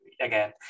again